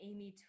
Amy